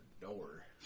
door